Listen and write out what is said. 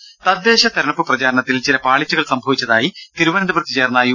ടെട തദ്ദേശ തിരഞ്ഞെടുപ്പ് പ്രചാരണത്തിൽ ചില പാളിച്ചകൾ സംഭവിച്ചതായി തിരുവനന്തപുരത്ത് ചേർന്ന യു